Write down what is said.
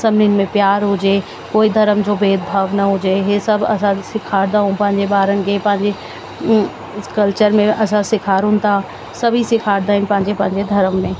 सभनीनि में प्यार हुजे कोई धर्म जो भेदभाव न हुजे हे सभु असां सेखारींदा आहियूं पंहिंजे ॿारनि खे पंहिंजे कल्चर में असां सेखारियूं था सभी सेखारींदा आहिनि पंहिंजे पंहिंजे धर्म में